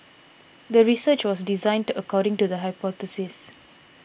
the research was designed according to the hypothesis